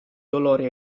dolori